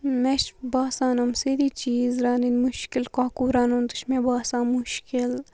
مےٚ چھِ باسان یِم سٲری چیٖز رَنٕنۍ مُشکِل کۄکُر رَنُن تہِ چھِ مےٚ باسان مُشکِل